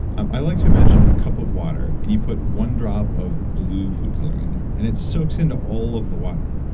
i like to imagine a cup of water and you put one drop of blue food coloring in there and it soaks into all of the water.